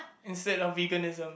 instead of veganism